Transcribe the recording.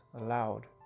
aloud